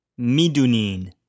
Midunin